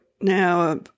now